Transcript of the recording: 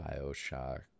Bioshock